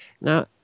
Now